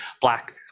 Black